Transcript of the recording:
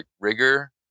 rigor